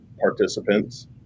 participants